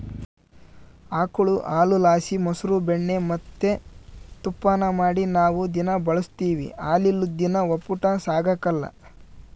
ಆಕುಳು ಹಾಲುಲಾಸಿ ಮೊಸ್ರು ಬೆಣ್ಣೆ ಮತ್ತೆ ತುಪ್ಪಾನ ಮಾಡಿ ನಾವು ದಿನಾ ಬಳುಸ್ತೀವಿ ಹಾಲಿಲ್ಲುದ್ ದಿನ ಒಪ್ಪುಟ ಸಾಗಕಲ್ಲ